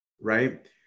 Right